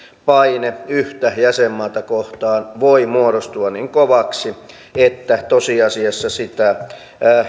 paine yhtä jäsenmaata kohtaan voi muodostua niin kovaksi että tosiasiassa sitä